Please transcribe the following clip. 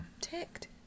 Ticked